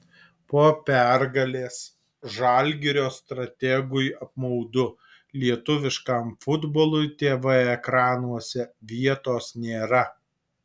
po pergalės žalgirio strategui apmaudu lietuviškam futbolui tv ekranuose vietos nėra